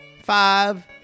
five